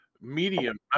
medium